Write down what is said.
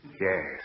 Yes